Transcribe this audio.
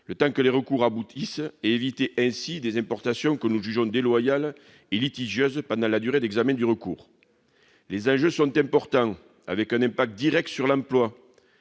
le temps que les recours aboutissent, afin d'éviter des importations que nous jugeons déloyales et litigieuses pendant la durée d'examen du recours. Les enjeux sont importants, avec un impact direct sur l'emploi.